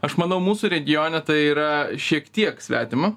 aš manau mūsų regione tai yra šiek tiek svetima